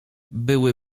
były